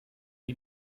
die